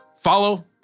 follow